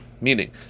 meaning